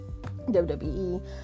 WWE